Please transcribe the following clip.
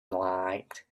like